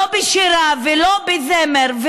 לא בשירה ולא בזמר,